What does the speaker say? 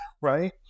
right